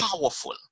powerful